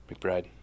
McBride